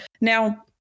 Now